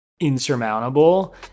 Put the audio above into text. insurmountable